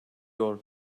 yol